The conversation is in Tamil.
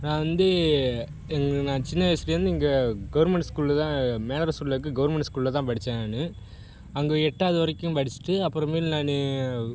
நான் வந்து எங்கள் நான் சின்ன வயசிலேருந்து இங்கே கவுர்மெண்ட் ஸ்கூலில் தான் மேலரசூரில் இருக்க கவுர்மெண்ட் ஸ்கூலில் தான் படித்தேன் நான் அங்கே எட்டாவது வரைக்கும் படிச்சுட்டு அப்புற மேல் நான்